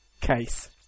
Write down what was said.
case